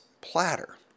platter